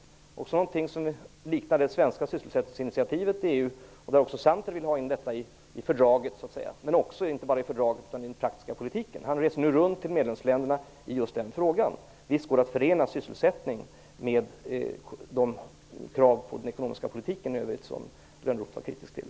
Det handlar om någonting som liknar det svenska sysselsättningsinitiativet i EU och som också Santes vill ha med i fördraget och i den praktiska politiken. Han reser nu runt i medlemsländerna och diskuterar just den frågan. Visst går det att förena sysselsättning med de krav på den ekonomiska politiken i övrigt som Lönnroth var kritisk till.